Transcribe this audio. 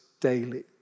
daily